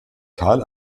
karl